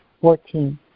Fourteen